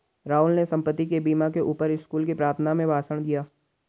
राहुल ने संपत्ति के बीमा के ऊपर स्कूल की प्रार्थना में भाषण दिया